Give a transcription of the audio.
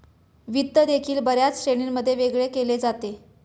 वित्त देखील बर्याच श्रेणींमध्ये वेगळे केले जाते